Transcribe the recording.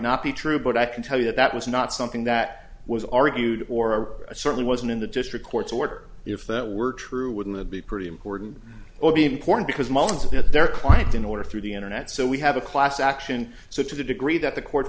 not be true but i can tell you that that was not something that was argued or certainly wasn't in the district court's order if that were true wouldn't it be pretty important or be important because miles that they're quite in order through the internet so we have a class action so to the degree that the court